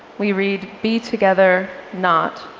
we read, be together, not,